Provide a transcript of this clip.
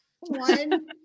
one